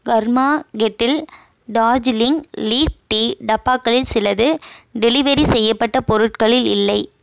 கர்மா Kettle Darjeeling leaf tea டப்பாக்களில் சிலது delivery செய்யப்பட்ட பொருட்களில் இல்லை